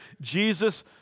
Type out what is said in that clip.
Jesus